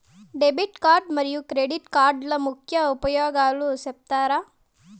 Debit card మరియు credit కార్డుల ముఖ్య ఉపయోగాలు సెప్తారా?